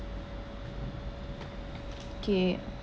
okay